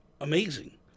amazing